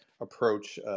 approach